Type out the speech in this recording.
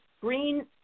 green